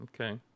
okay